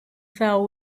fell